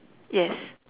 yes